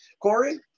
Corey